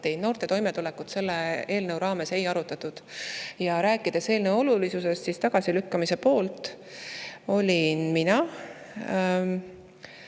Noorte toimetulekut selle eelnõu raames ei arutatud. Ja kui rääkida eelnõu olulisusest, siis tagasilükkamise poolt olime mina,